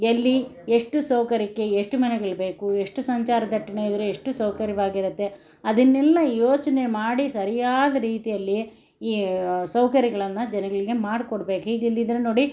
ಎಲ್ಲಿ ಎಷ್ಟು ಸೋಕರಿಕೆ ಎಷ್ಟು ಮನೆಗಳು ಬೇಕು ಎಷ್ಟು ಸಂಚಾರ ದಟ್ಟಣೆ ಇದ್ದರೆ ಎಷ್ಟು ಸೌಕರ್ಯವಾಗಿರತ್ತೆ ಅದನ್ನೆಲ್ಲ ಯೋಚನೆ ಮಾಡಿ ಸರಿಯಾದ ರೀತಿಯಲ್ಲಿ ಈ ಸೌಕರ್ಯಗಳನ್ನು ಜನಗಳಿಗೆ ಮಾಡ್ಕೊಡ್ಬೇಕು ಹೀಗೆ ಇಲ್ಲದಿದ್ರೆ ನೋಡಿ